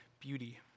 beauty